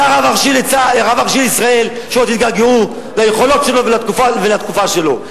זה הרב הראשי לישראל שעוד יתגעגעו ליכולת שלו ולתקופה שלו.